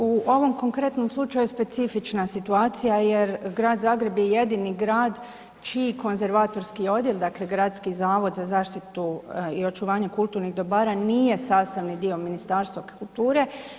U ovom konkretnom slučaju je specifična situacija jer Grad Zagreb je jedini grad čiji konzervatorski odjel, dakle Gradski zavod za zaštitu i očuvanje kulturnih dobara nije sastavni dio Ministarstva kulture.